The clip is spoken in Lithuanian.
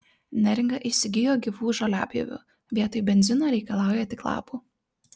neringa įsigijo gyvų žoliapjovių vietoj benzino reikalauja tik lapų